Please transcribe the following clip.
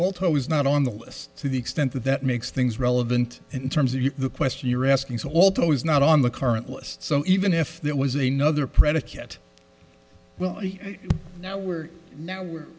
alter was not on the list to the extent that that makes things relevant in terms of the question you're asking so although it's not on the current list so even if there was a nother predicate well now we're now we're